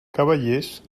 cavallers